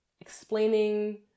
explaining